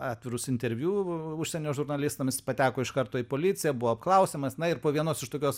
atvirus interviu užsienio žurnalistams jis pateko iš karto į policiją buvo apklausiamas na ir po vienos iš tokios